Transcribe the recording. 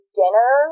dinner